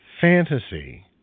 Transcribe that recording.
fantasy